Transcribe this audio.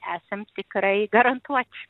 esam tikrai garantuoti